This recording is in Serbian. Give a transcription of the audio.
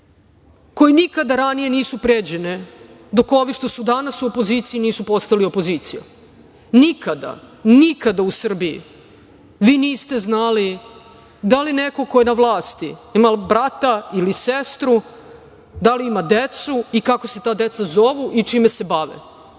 koje nikada ranije nisu pređene, dok ovi što su danas u opoziciji nisu postali opozicija. Nikada u Srbiji vi niste znali, da li neko ko je na vlasti ima brata ili sestru, da li ima decu i kako se ta deca zovu i čime se bave.